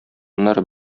аннары